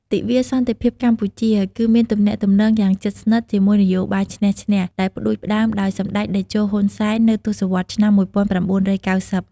ទិវាសន្តិភាពកម្ពុជា គឺមានទំនាក់ទំនងយ៉ាងជិតស្និទ្ធជាមួយ នយោបាយឈ្នះ-ឈ្នះ ដែលផ្ដួចផ្ដើមដោយសម្ដេចតេជោ ហ៊ុន សែន នៅទសវត្សរ៍ឆ្នាំ ១៩៩០។